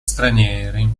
stranieri